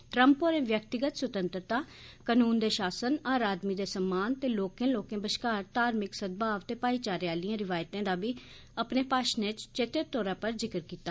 Trump होरें व्यक्तिगत स्वतत्रंता कनून दे शासन हर आदमी दे सम्मान ते लोकें बश्कार धार्मिक सदभाव ते भाईचारे आलिएं रिवायतें ा बी अपने भाषणै च चेचे तौरा पर जिक्र कीता